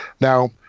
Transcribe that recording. Now